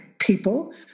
people